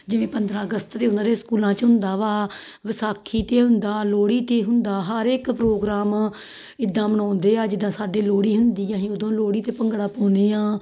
ਜਿਵੇਂ ਪੰਦਰਾਂ ਅਗਸਤ ਦੇ ਉਹਨਾਂ ਦੇ ਸਕੂਲਾਂ 'ਚ ਹੁੰਦਾ ਵਾ ਵਿਸਾਖੀ 'ਤੇ ਹੁੰਦਾ ਲੋਹੜੀ 'ਤੇ ਹੁੰਦਾ ਹਰ ਇੱਕ ਪ੍ਰੋਗਰਾਮ ਇੱਦਾਂ ਮਨਾਉਂਦੇ ਆ ਜਿੱਦਾਂ ਸਾਡੇ ਲੋਹੜੀ ਹੁੰਦੀ ਆ ਅਸੀਂ ਉਦੋਂ ਲੋਹੜੀ 'ਤੇ ਭੰਗੜਾ ਪਾਉਂਦੇ ਹਾਂ